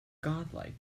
godlike